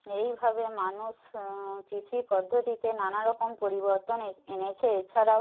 এইভাবে মানুষ কৃষি পদ্ধতিতে নানা রকম পরিবর্তন এনেছে এছাড়াও